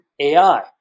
AI